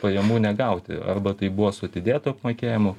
pajamų negauti arba tai buvo su atidėtu apmokėjimu